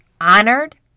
honored